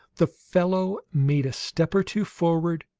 the fellow made a step or two forward,